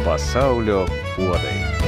pasaulio puodai